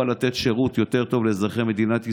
לתת שירות יותר טוב לאזרחי מדינת ישראל?